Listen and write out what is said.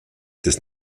des